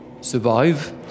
survive